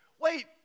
Wait